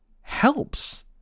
helps